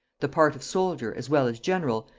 the part of soldier as well as general,